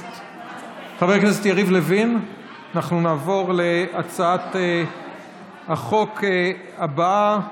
אנחנו נעבור להצעת החוק הבאה,